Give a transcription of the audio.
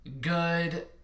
good